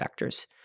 vectors